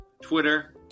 Twitter